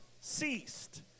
ceased